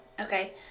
Okay